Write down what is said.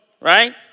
right